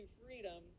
freedom